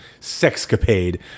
sexcapade